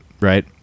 right